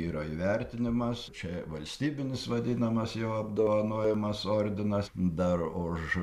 yra įvertinimas čia valstybinis vadinamas jau apdovanojimas ordinas dar už